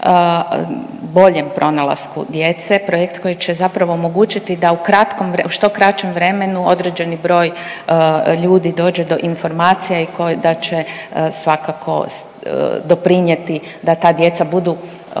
boljem pronalasku djece, projekt koji će zapravo omogućiti da u kratkom vr…, u što kraćem vremenu određeni broj ljudi dođe do informacija i da će svakako doprinjeti da ta djeca budu